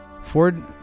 Ford